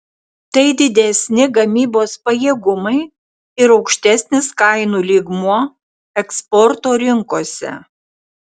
tai didesni gamybos pajėgumai ir aukštesnis kainų lygmuo eksporto rinkose